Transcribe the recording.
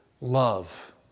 love